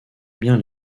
bien